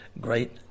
great